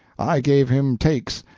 i gave him takes,